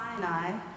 Sinai